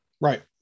Right